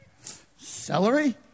Celery